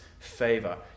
Favor